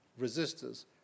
resistors